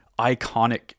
iconic